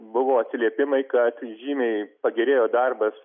buvo atsiliepimai kad žymiai pagerėjo darbas